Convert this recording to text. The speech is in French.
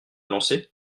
danser